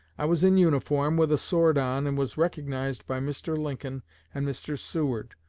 i was in uniform, with a sword on, and was recognized by mr. lincoln and mr. seward,